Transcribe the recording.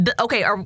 Okay